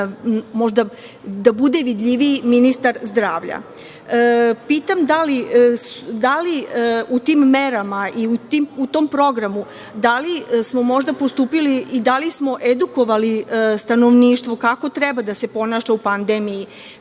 da bude možda vidljiviji ministar zdravlja. Pitam da li smo u tim merama i u tom programu postupili i da li smo edukovali stanovništvo kako treba da se ponaša u pandemiji,